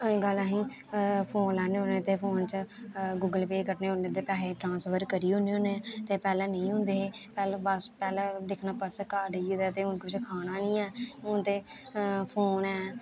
अज्जकल अहीं फोन लैने होन्ने ते फोन चा गूगल पे कड्ढने होन्ने ते पैहे ट्रांसफर करी ओड़ने होन्ने ते पैह्लें नेईं होंदे हे पैह्लें बस पैह्लें दिक्खना पर्स घर रेही गेदा ऐ ते हून कुछ खाना निं ऐ हून ते फोन ऐ